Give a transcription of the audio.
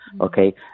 Okay